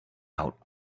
out